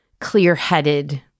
clear-headed